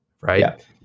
right